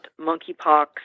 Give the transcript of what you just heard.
monkeypox